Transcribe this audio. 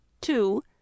two